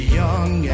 young